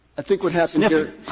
i think what happened here